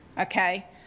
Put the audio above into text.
okay